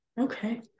Okay